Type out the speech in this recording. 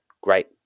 great